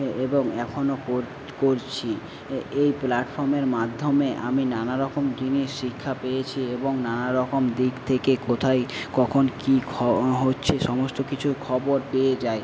এ এবং এখনও কর করছি এই প্ল্যাটফর্মের মাধ্যমে আমি নানা রকম জিনিস শিক্ষা পেয়েছি এবং নানা রকম দিক থেকে কোথায় কখন কি খ হচ্ছে সমস্ত কিছুই খবর পেয়ে যাই